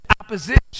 opposition